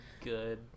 good